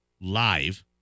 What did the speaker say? Live